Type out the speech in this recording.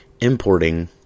importing